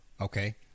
Okay